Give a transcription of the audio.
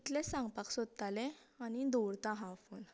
इतले सांगपाक सोदताले आनी दवरता हांव